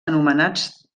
anomenats